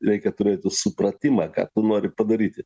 reikia turėti supratimą ką tu nori padaryti